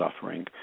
suffering